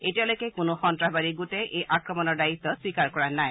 এতিয়ালৈকে কোনো সন্তাসবাদী গোটে এই আক্ৰমণৰ দায়িত্ব স্বীকাৰ কৰা নাই